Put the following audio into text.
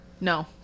No